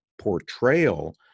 portrayal